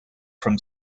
from